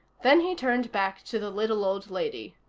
then he turned back to the little old lady.